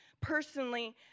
personally